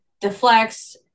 deflects